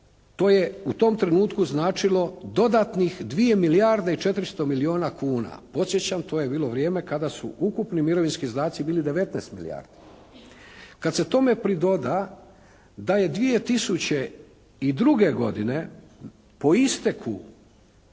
to je u tom trenutku značilo dodatnih 2 milijarde i 400 milijuna kuna. Podsjećam to je bilo vrijeme kada su ukupni mirovinski izdaci bili 19 milijardi. Kada se tome pridoda da je 2002. godine po isteku